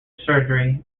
surgery